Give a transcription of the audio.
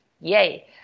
Yay